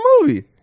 movie